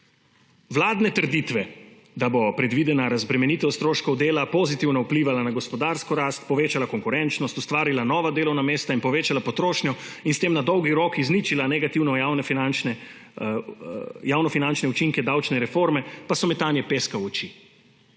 Vladne trditve, da bo predvidena razbremenitev stroškov dela pozitivno vplivala na gospodarsko rast, povečala konkurenčnost, ustvarila nova delovna mesta in povečala potrošnjo in s tem na dolgi rok izničila negativne javnofinančne učinke davčne reforme, pa so metanje peska v oči.